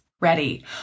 ready